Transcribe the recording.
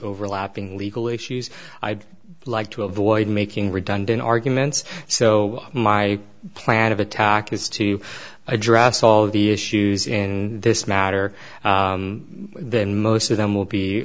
overlapping legal issues i'd like to avoid making redundant arguments so my plan of attack is to address all of the issues in this matter then most of them will be